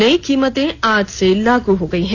नई कीमतें आज से लागू हो गई हैं